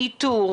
הדברים.